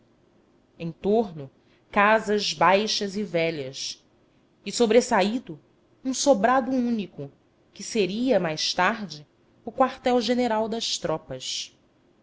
torno casas baixas e velhas e sobressaído um sobrado único que seria mais tarde o quartel-general das tropas